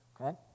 Okay